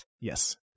yes